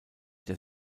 der